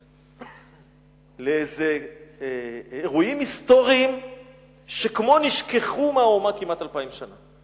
לאיזה אירועים היסטוריים שכמו נשכחו מהאומה כמעט אלפיים שנה,